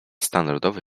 standardowy